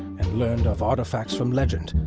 and learned of artifacts from legend.